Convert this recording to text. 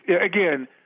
again